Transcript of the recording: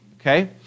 Okay